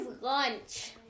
lunch